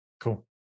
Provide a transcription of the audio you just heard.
Cool